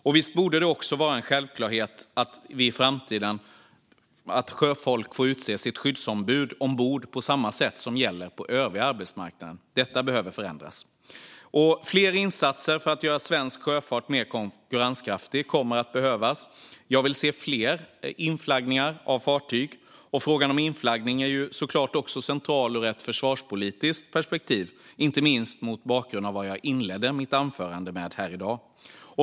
Och visst borde det vara en självklarhet att sjöfolk får utse sitt skyddsombud ombord på samma sätt som gäller på övriga arbetsmarknaden? Detta behöver förändras. Fler insatser för att göra svensk sjöfart mer konkurrenskraftig kommer att behövas. Jag vill se fler inflaggningar av fartyg. Och frågan om inflaggning är såklart också central ur ett försvarspolitiskt perspektiv, inte minst mot bakgrund av vad jag inledde mitt anförande med här i dag.